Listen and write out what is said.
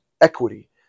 equity